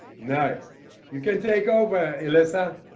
nice you can take over alisa.